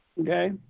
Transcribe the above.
okay